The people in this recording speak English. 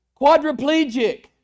quadriplegic